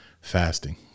fasting